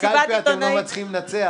כי בקלפי אתם לא מצליחים לנצח,